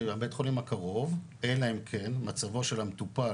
כי הבית חולים הקרוב, אלא אם כן מצבו של המטופל